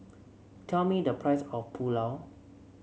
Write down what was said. tell me the price of Pulao